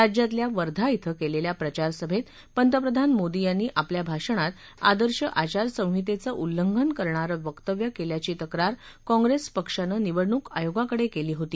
राज्यातल्या वर्धा इथं केलेल्या प्रचार सभेत पंतप्रधान मोदी यांनी आपल्या भाषणात आदर्श आचारसंहितेचं उल्लंघन करणारं वक्तव्य केल्याची तक्रार काँप्रेस पक्षानं निवडणूक आयोगाकडे केली होती